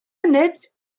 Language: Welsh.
funud